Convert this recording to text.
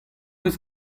eus